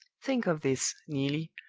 think of this, neelie,